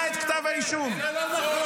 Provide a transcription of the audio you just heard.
זה לא נכון.